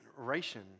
generation